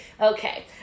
Okay